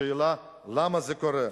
השאלה היא למה זה קורה,